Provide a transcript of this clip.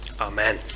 Amen